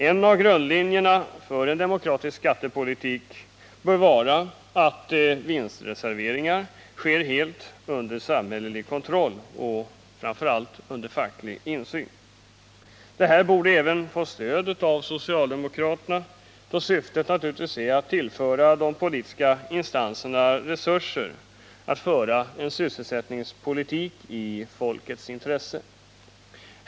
En av grundlinjerna för en demokratisk skattepolitik bör vara att vinstreserveringar sker helt under samhällelig kontroll och, framför allt, under facklig insyn. Detta borde även få stöd av socialdemokraterna, då syftet naturligtvis äratt tillföra de politiska instanserna resurser att föra en sysselsättningspolitik i folkets intresse.